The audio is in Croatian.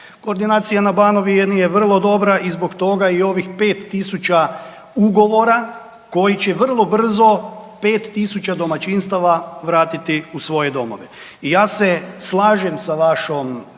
Koordinacija na Banovini je vrlo dobra i zbog toga i ovih 5000 ugovora koji će vrlo brzo 5000 domaćinstava vratiti u svoje domove. I ja se slažem sa vašom,